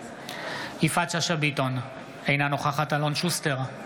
יפעת שאשא ביטון, אינה נוכחת אלון שוסטר,